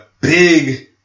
big